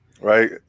right